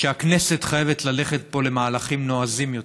שהכנסת חייבת ללכת פה למהלכים נועזים יותר.